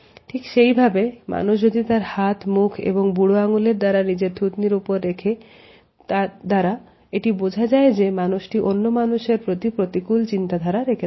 ঠিক সেইভাবে মানুষ যদি তার হাত মুখ এবং বুড়ো আঙ্গুলের দ্বারা নিজের থুতনি উপরে রেখে থাকে তার দ্বারা এটা বুঝা যায় যে মানুষটি অন্য মানুষের প্রতি প্রতিকূল চিন্তা ধারা রেখে থাকে